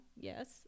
yes